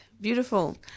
beautiful